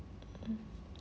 mm